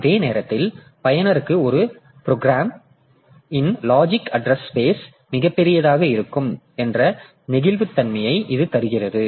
ஆனால் அதே நேரத்தில் பயனருக்கு ஒரு ப்ரோக்ராம் இன் லாஜிக்கல் அட்றஸ் ஸ்பேஸ் மிகப் பெரியதாக இருக்கும் என்ற நெகிழ்வுத்தன்மையை இது தருகிறது